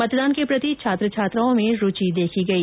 मतदान के प्रति छात्र छात्राओ में रुचि देखी गई